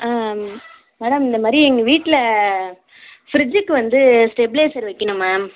madam இந்த மாதிரி எங்கள் வீட்டில் ஃபிரிட்ஜுக்கு வந்து ஸ்டெப்லைசர் வைக்கணும் மேம்